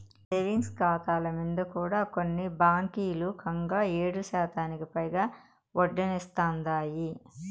savings కాతాల మింద కూడా కొన్ని బాంకీలు కంగా ఏడుశాతానికి పైగా ఒడ్డనిస్తాందాయి